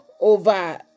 over